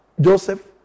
Joseph